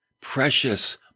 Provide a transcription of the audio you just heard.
precious